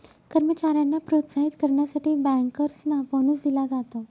कर्मचाऱ्यांना प्रोत्साहित करण्यासाठी बँकर्सना बोनस दिला जातो